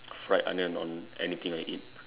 fried onion on anything I eat